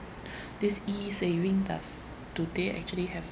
this e-saving does do they actually have